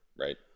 Right